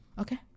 okay